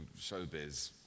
showbiz